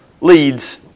leads